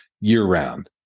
year-round